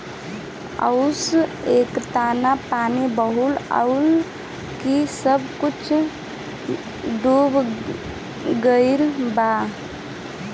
असो एतना पानी भइल हअ की सब कुछ डूब गईल बा